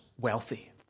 wealthy